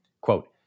Quote